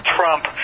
Trump